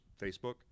Facebook